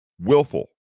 willful